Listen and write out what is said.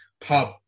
pub